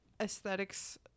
aesthetics